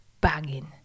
banging